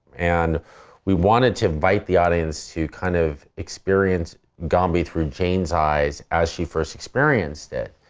and we wanted to invite the audience to kind of experience gombe through jane's eyes as she first experienced it,